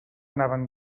anaven